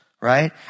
right